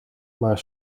maar